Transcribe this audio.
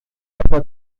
aber